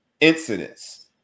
incidents